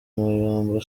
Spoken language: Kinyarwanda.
muyumbu